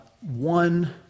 One